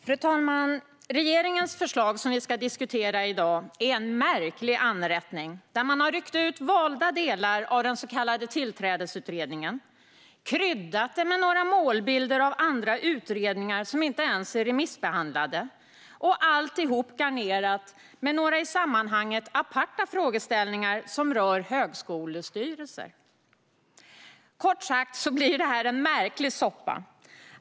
Fru talman! Det förslag från regeringen som vi ska diskutera i dag är en märklig anrättning, där man har ryckt ut valda delar av den så kallade tillträdesutredningen, kryddat det med några målbilder av andra utredningar som inte ens är remissbehandlade och garnerat alltihop med några i sammanhanget aparta frågeställningar som rör högskolestyrelser. Kort sagt blir detta en märklig soppa.